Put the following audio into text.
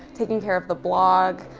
taking care of the blog,